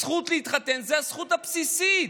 זכות להתחתן זאת הזכות הבסיסית.